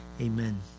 Amen